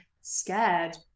scared